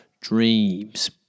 Dreams